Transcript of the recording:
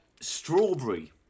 Strawberry